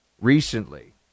recently